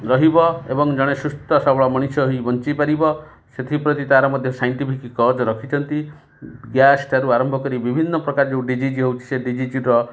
ରହିବ ଏବଂ ଜଣେ ସୁସ୍ଥ ସବଳ ମଣିଷ ହିଁ ବଞ୍ଚିପାରିବ ସେଥିପ୍ରତି ତାର ମଧ୍ୟ ସାଇଣ୍ଟିଫିକ୍ କଜ୍ ରଖିଛନ୍ତି ଗ୍ୟାସ୍ ଠାରୁ ଆରମ୍ଭ କରି ବିଭିନ୍ନ ପ୍ରକାର ଯେଉଁ ଡିଜିଜ୍ ହେଉଛି ସେ ଡିଜିଜ୍ର